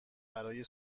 برای